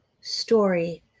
story